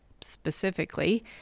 specifically